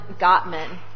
Gottman